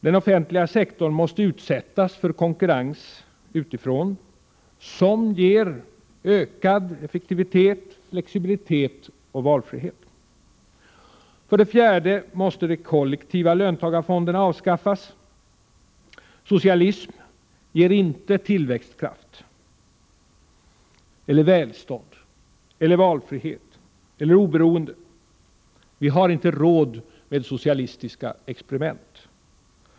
Den offentliga sektorn måste utsättas för konkurrens utifrån, som ger ökad effektivitet, flexibilitet och valfrihet. För det fjärde måste de kollektiva löntagarfonderna avskaffas. Socialism ger inte tillväxtkraft, välstånd, valfrihet eller oberoende. Vi har inte råd med socialistiska experiment!